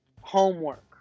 Homework